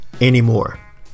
anymore